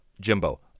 Jimbo